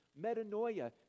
metanoia